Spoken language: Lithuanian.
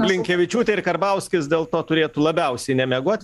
blinkevičiūtė ir karbauskis dėl to turėtų labiausiai nemiegot